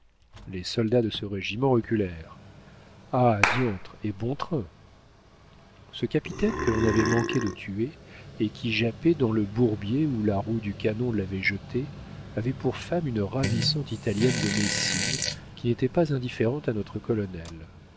les soldats de ce régiment reculèrent ah diantre et bon train ce capitaine que l'on avait manqué de tuer et qui jappait dans le bourbier où la roue du canon l'avait jeté avait pour femme une ravissante italienne de messine qui n'était pas indifférente à notre colonel